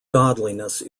godliness